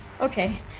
okay